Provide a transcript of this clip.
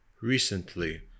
recently